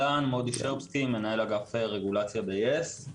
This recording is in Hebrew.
אני מנהל אגף רגולציה ביס.